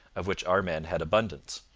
of which our men had abundance.